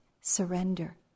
surrender